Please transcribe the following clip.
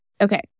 Okay